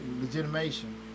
Legitimation